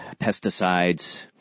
pesticides